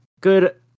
good